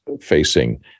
facing